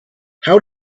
how